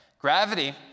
Gravity